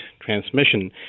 transmission